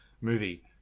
movie